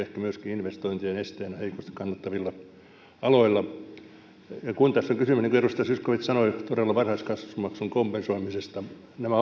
ehkä myöskin investointien esteenä heikosti kannattavilla aloilla tässä on kysymys niin kuin edustaja zyskowicz sanoi todella varhaiskasvatusmaksun kompensoimisesta ja nämä